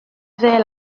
vers